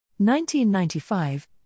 1995